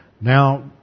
Now